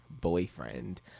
boyfriend